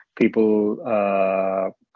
people